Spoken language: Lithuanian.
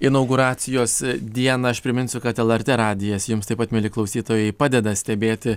inauguracijos dieną aš priminsiu kad lrt radijas jums taip pat mieli klausytojai padeda stebėti